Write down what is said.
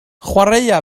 chwaraea